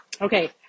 Okay